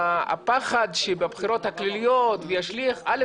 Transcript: הפחד שזה ישליך על הבחירות הכלליות ראשית,